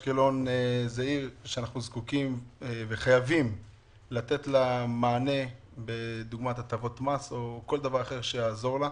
לכן אנחנו צריכים לעזור להם גם בהטבות מס וגם הנחות בארנונה.